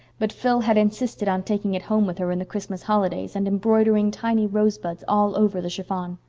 but phil had insisted on taking it home with her in the christmas holidays and embroidering tiny rosebuds all over the chiffon.